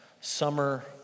summer